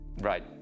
Right